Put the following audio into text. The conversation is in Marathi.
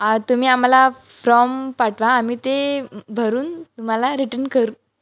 तुम्ही आम्हाला फ्रॉम पाठवा आम्ही ते भरून तुम्हाला रिटन करू